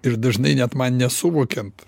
ir dažnai net man nesuvokiant